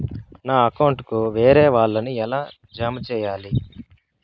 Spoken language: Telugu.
నా అకౌంట్ కు వేరే వాళ్ళ ని ఎలా జామ సేయాలి?